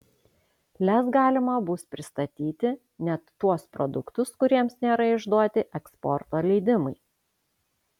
lez galima bus pristatyti net tuos produktus kuriems nėra išduoti eksporto leidimai